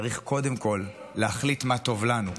ולכן צריך קודם כול להחליט מה טוב לנו.